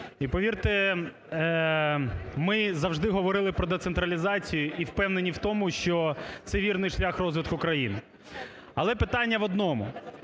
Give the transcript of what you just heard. І, повірте, ми завжди говорили про децентралізацію і впевнені в тому, що це вірний шлях розвитку країни. Але питання в одному,